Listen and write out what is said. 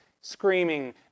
screaming